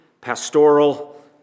pastoral